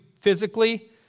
physically